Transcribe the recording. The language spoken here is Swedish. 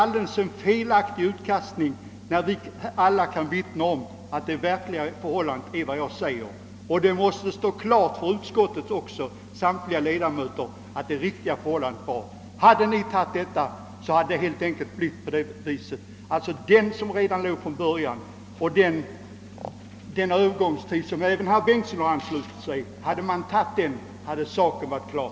Herr Bengtsons påstående är således alldeles felaktigt; samtliga utskottsledamöter i övrigt kan vittna om att 'det i verkligheten förhöll sig så som jag säger. Hade man godtagit budet om fyra års övergångstid — ett förslag som även herr Bengtson anslutit sig till — hade saken varit klar.